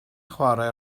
chwarae